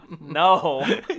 No